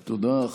תודה.